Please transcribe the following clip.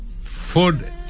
food